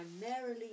primarily